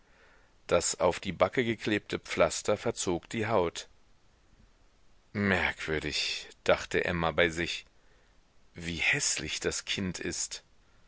das auf die backe geklebte pflaster verzog die haut merkwürdig dachte emma bei sich wie häßlich das kind ist